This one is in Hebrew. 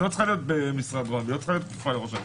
היא לא צריכה להיות כפופה לראש הממשלה.